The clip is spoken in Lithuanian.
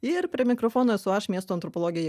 ir prie mikrofono esu aš miesto antropologė